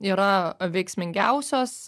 yra veiksmingiausios